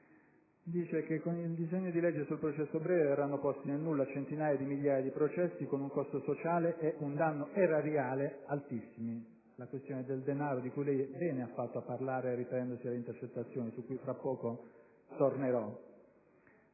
che con il disegno di legge sul processo breve verranno posti nel nulla centinaia di migliaia di processi, con un costo sociale ed un danno erariale altissimi. È la questione del denaro, di cui lei bene ha fatto a parlare riferendosi alle intercettazioni, signor Ministro,